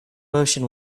motion